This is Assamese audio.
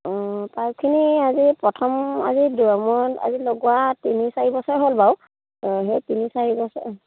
অঁ পাইপখিনি আজি প্ৰথম আজি আজি লগোৱা তিনি চাৰি বছৰ হ'ল বাৰু সেই তিনি চাৰি বছৰ